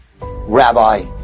rabbi